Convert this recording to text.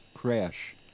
crash